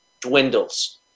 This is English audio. dwindles